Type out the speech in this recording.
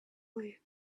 land